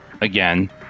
again